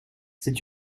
c’est